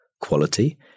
quality